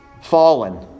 fallen